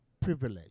privilege